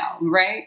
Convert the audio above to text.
Right